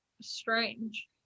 strange